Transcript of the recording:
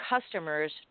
customers